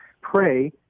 pray